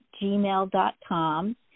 gmail.com